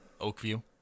Oakview